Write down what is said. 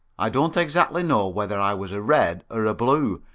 i don't exactly know whether i was a red or a blue,